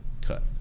cut